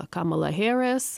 kamala heris